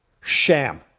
sham